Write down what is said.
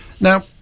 Now